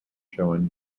show